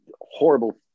horrible